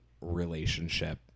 relationship